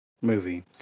movie